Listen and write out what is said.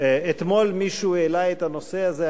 אתמול מישהו העלה את הנושא הזה,